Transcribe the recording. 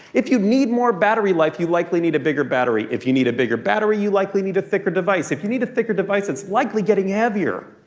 if you need more battery life, you likely need a bigger battery. if you need a bigger battery, you likely need a thicker device. if you need a thicker device, it's likely getting heavier.